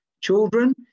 children